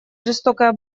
жестокая